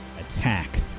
attack